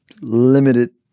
limited